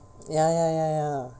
ya ya ya ya